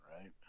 right